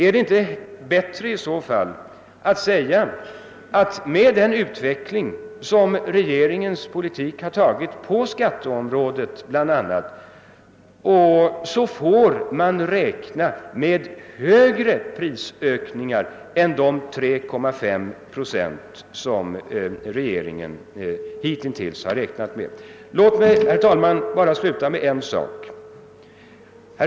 Är det inte i så fall bättre att säga att med den utveckling som regeringens politik har tagit bl.a. på skatteområdet får man räkna med större prisökningar än de 3,5 procent som regeringen hittills har räknat med? Jag vill till sist, herr talman, ta upp ytterligare en sak.